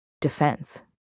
defense